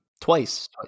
Twice